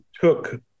took